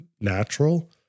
natural